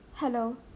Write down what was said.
Hello